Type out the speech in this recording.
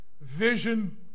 vision